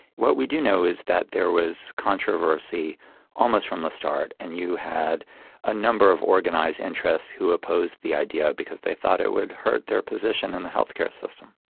what we do know is that there was controversy almost from the start, and you had a number of organised interests who opposed the idea because they thought it would hurt their position in the health care system.